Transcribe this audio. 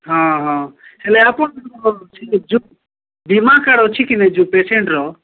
ହଁ ହଁ ହେଲେ ଆପଣ ଯୋଉ ବୀମା କାର୍ଡ୍ ଅଛି କି ନା ଯୋଉ ପେସେଣ୍ଟର